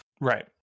right